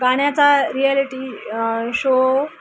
गाण्याचा reality show